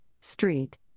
Street